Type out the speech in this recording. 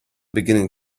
beginning